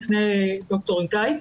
לפני ד"ר איתי,